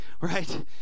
right